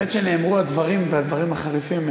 האמת שנאמרו הדברים, והדברים חריפים.